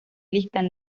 listan